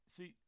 See